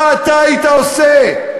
מה אתה היית עושה?